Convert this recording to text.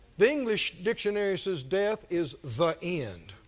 the english dictionary says death is the end,